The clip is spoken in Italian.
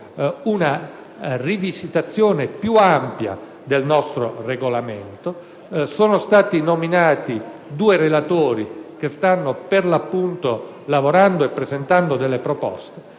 una rivisitazione più ampia del nostro Regolamento. Sono stati nominati due relatori che stanno lavorando e hanno presentato delle proposte.